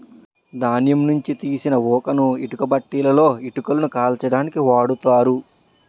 ధాన్యం నుంచి తీసిన ఊకను ఇటుక బట్టీలలో ఇటుకలను కాల్చడానికి ఓడుతారు